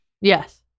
Yes